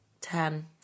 Ten